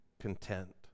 content